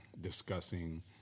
discussing